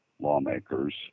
lawmakers